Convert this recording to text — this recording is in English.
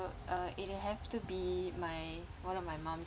so uh it would have to be my one of my mum's